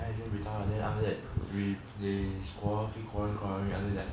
I think we retire then after that we they quarrel quarrel keep quarrelling until like